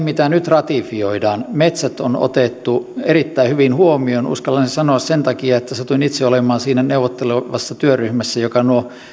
mitä nyt ratifioidaan metsät on otettu erittäin hyvin huomioon uskallan sen sanoa sen takia että satuin itse olemaan siinä neuvottelevassa työryhmässä joka nuo